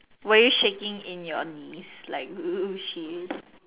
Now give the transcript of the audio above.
were you shaking in your knees like she is